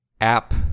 app